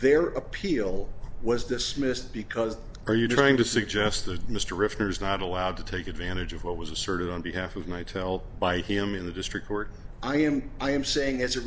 their appeal was dismissed because are you trying to suggest that mr ritter is not allowed to take advantage of what was asserted on behalf of my tell by him in the district court i am i am saying as it